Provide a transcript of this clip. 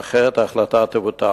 אחרת, ההחלטה תבוטל.